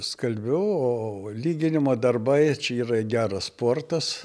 skalbiu o lyginimo darbai čia yra geras sportas